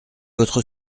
votre